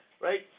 right